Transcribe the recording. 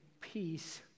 peace